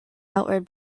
outward